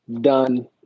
done